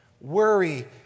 Worry